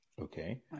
okay